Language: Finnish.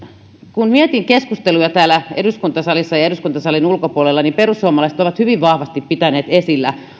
kun mietin keskusteluja täällä eduskuntasalissa ja eduskuntasalin ulkopuolella niin perussuomalaiset ovat hyvin vahvasti pitäneet esillä